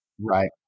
Right